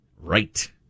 Right